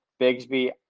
Bigsby